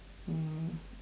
mm